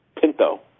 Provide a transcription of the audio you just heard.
Pinto